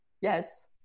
yes